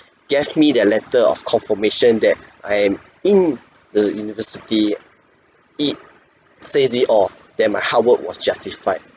gave me their letter of confirmation that I am in the university it says it all my that hard work was justified